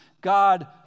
God